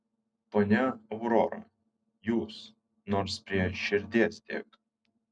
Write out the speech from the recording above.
ponia aurora jūs nors prie širdies dėk